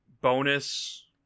bonus